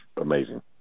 amazing